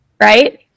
right